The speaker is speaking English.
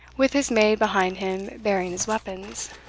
with his maid behind him bearing his weapons.